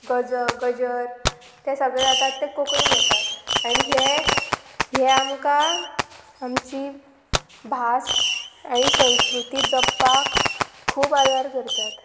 गज गजर तें सगळे जातात तें कोंकणीन जाता आनी हे आमकां आमची भास आनी संस्कृती जपपाक खूब आदार करतात